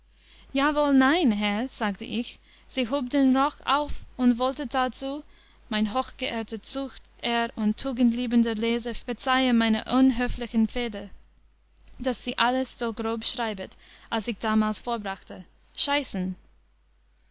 jawohl nein herr sagte ich sie hub den rock auf und wollte darzu mein hochgeehrter zucht ehr und tugendliebender leser verzeihe meiner unhöflichen feder daß sie alles so grob schreibet als ich damals vorbrachte